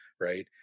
right